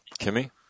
Kimmy